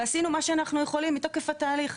ועשינו מה שאנחנו יכולים מתוקף התהליך.